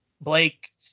Blake